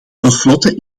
tenslotte